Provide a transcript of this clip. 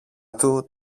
του